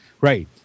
right